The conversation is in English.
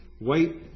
wait